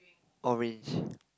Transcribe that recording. orange